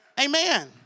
Amen